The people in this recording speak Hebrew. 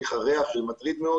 זה לא מטרד ריח.